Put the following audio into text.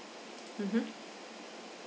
mmhmm